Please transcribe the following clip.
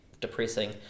depressing